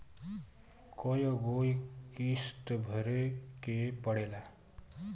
कय गो किस्त भरे के पड़ेला?